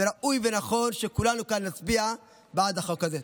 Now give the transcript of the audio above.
וראוי ונכון שכולנו כאן נצביע בעד החוק הזה.